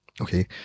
Okay